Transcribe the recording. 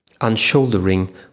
unshouldering